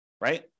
right